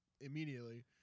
immediately